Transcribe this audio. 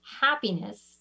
happiness